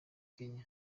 kenya